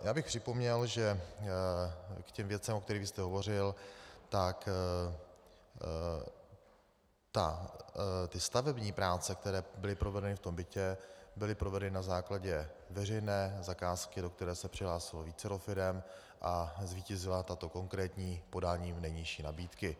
Já bych připomněl, že k těm věcem, o kterých vy jste hovořil, tak ty stavební práce, které byly provedeny v tom bytě, byly provedeny na základě veřejné zakázky, do které se přihlásilo vícero firem, a zvítězila tato konkrétní podáním nejnižší nabídky.